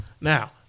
Now